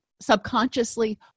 subconsciously